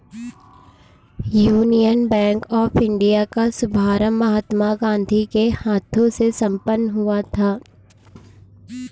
union bank of India का शुभारंभ महात्मा गांधी के हाथों से संपन्न हुआ था